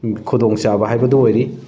ꯈꯨꯗꯣꯡ ꯆꯥꯕ ꯍꯥꯏꯕꯗꯨ ꯑꯣꯏꯔꯤ